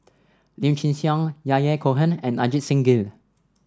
Lim Chin Siong Yahya Cohen and Ajit Singh Gill